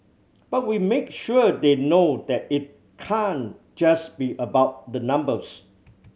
but we make sure they know that it can't just be about the numbers